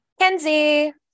kenzie